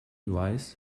wise